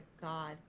God